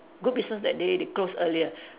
good business that day they close earlier